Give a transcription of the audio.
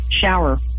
shower